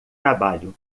trabalho